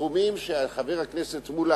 סכומים שחבר הכנסת מולה,